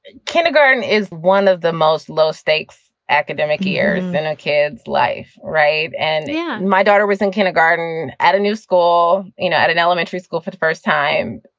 kindergarten is one of the most low stakes academic year in a kid's life. right. and yeah my daughter was in kindergarten at a new school, you know, at an elementary school for the first time.